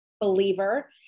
believer